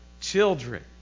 children